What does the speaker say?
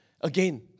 Again